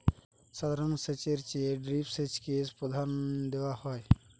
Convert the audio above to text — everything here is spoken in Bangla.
সাধারণ সেচের চেয়ে ড্রিপ সেচকে প্রাধান্য দেওয়া হয়